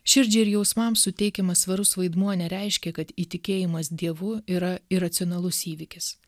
širdžiai ir jausmams suteikiamas svarus vaidmuo nereiškia kad įtikėjimas dievu yra iracionalus įvykis